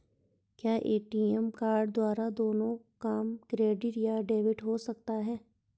क्या ATM card द्वारा दोनों काम क्रेडिट या डेबिट हो सकता है?